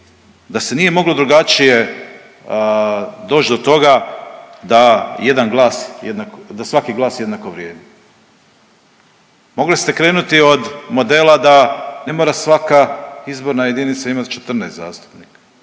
da se nije moglo drugačije doći do toga da jedan glas, da svaki glas jednako vrijedi. Mogli ste krenuti od modela da ne mora svaka izborna jedinica imati 14 zastupnika.